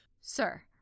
Sir